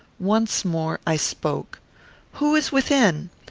once more i spoke who is within?